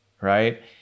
right